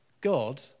God